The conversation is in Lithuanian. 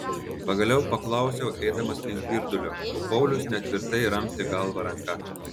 pagaliau paklausiau eidamas link virdulio o paulius netvirtai ramstė galvą ranka